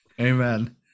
Amen